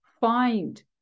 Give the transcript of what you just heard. find